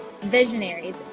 visionaries